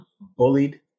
bullied